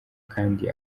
kandi